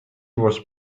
was